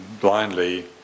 blindly